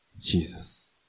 Jesus